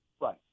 Right